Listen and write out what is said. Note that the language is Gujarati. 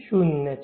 શૂન્ય છે